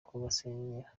kubasenyera